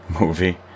movie